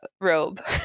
robe